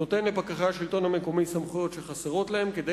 נותן לפקחי השלטון המקומי סמכויות שחסרות להם כדי